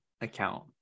account